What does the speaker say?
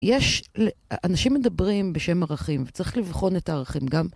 יש, אנשים מדברים בשם ערכים וצריך לבחון את הערכים גם.